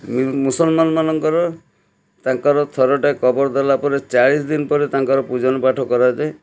କିନ୍ତୁ ମୁସଲମାନ ମାନଙ୍କର ତାଙ୍କର ଥରୁଟେ କବର ଦେଲାପରେ ଚାଳିଶ ଦିନ ପରେ ତାଙ୍କର ପୂଜନ ପାଠ କରାଯାଏ